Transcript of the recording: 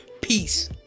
Peace